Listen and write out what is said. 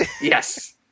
yes